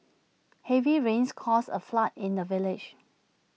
heavy rains caused A flood in the village